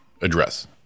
address